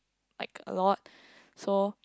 like a lot so